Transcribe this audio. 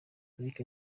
eric